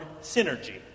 synergy